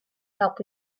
help